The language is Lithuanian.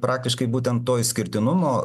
praktiškai būtent to išskirtinumo